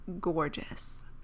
gorgeous